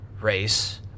race